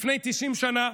לפני 90 שנה,